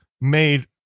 made